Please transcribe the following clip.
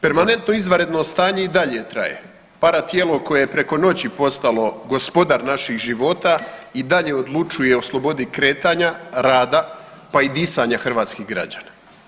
Permanentno izvanredno stanje i dalje traje, paratijelo koje je preko noći postalo gospodar naših života i dalje odlučuje o slobodi kretanja, rada, pa i disanja hrvatskih građana.